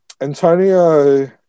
Antonio